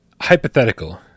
hypothetical